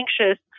anxious